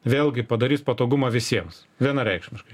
vėlgi padarys patogumą visiems vienareikšmiškai